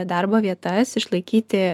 darbo vietas išlaikyti